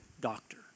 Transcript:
doctor